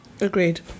Agreed